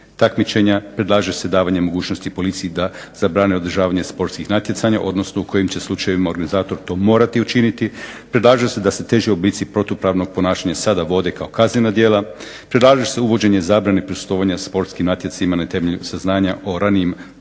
takmičenja, predlaže se davanje mogućnosti policiji da zabrane održavanje sportskih natjecanja, odnosno u kojim će slučajevima organizator to morati učiniti, predlaže se da se teži oblici protupravnog ponašanja sada vode kao kaznena djela, predlaže se uvođenje zabrane prisustvovanja sportskim natjecanjima na temelju saznanja o ranijim protupravnim